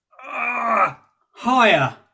higher